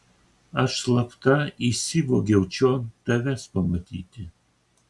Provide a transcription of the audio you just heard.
aš slapta įsivogiau čion tavęs pamatyti